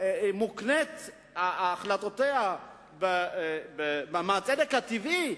שהחלטותיה נאמנות לצדק הטבעי,